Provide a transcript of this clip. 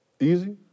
Easy